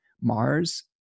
Mars